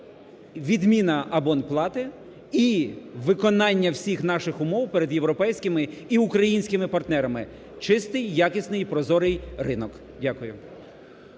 відміна абонплати і виконання всіх наших умов перед європейськими і українськими партнерами, чистий, якісний і прозорий ринок. Дякую.